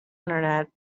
internet